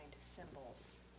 symbols